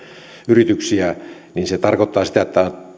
yrityksiä se tarkoittaa sitä että